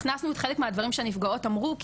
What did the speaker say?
הכנסנו חלק מהדברים שהנפגעות אמרו,